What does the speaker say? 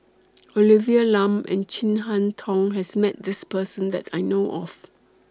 Olivia Lum and Chin Harn Tong has Met This Person that I know of